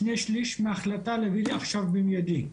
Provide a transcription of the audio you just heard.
שני שליש מההחלטה להביא לי עכשיו במיידי,